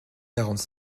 quarante